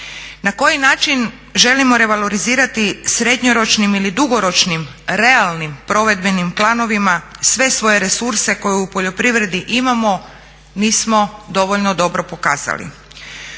Na koji način želimo revalorizirati srednjoročnim ili dugoročnim realnim provedbenim planovima sve svoje resurse koje u poljoprivredi imamo, nismo dovoljno dobro pokazali.